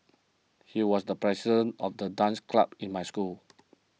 he was the president of the dance club in my school